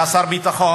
היה שר ביטחון,